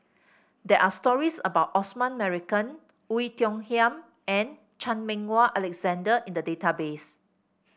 there are stories about Osman Merican Oei Tiong Ham and Chan Meng Wah Alexander in the database